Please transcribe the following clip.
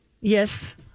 Yes